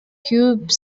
tube